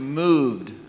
moved